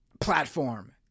platform